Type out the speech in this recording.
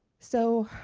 so,